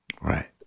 Right